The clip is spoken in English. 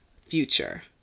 future